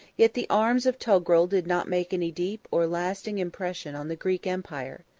yet the arms of togrul did not make any deep or lasting impression on the greek empire.